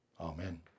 Amen